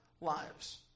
lives